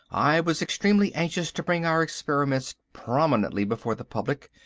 i was extremely anxious to bring our experiments prominently before the public,